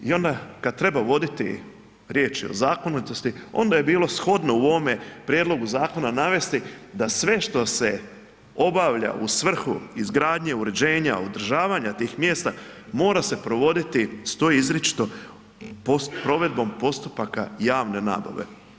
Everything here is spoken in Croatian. I onda kad treba voditi riječ je zakonitosti onda je bilo shodno u ovome prijedlogu zakona navesti da sve što se obavlja u svrhu izgradnje, uređenja, održavanja tih mjesta mora se provoditi, stoji izričito provedbom postupaka javne nabave.